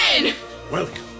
welcome